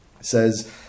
says